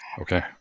Okay